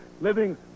living